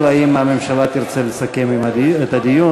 אלא אם כן הממשלה תרצה לסכם את הדיון.